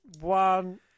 One